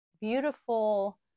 beautiful